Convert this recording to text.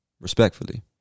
Respectfully